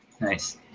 Nice